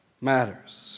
matters